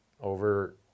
over